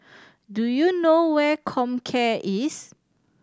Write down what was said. do you know where Comcare is